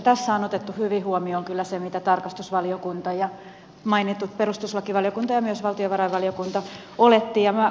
tässä on otettu hyvin huomioon kyllä se mitä tarkastusvaliokunta ja mainitut perustuslakivaliokunta ja myös valtiovarainvaliokunta olettivat